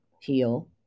heal